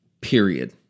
period